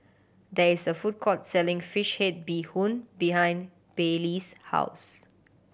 there is a food court selling fish head bee hoon behind Baylee's house